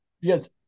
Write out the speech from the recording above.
Yes